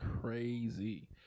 crazy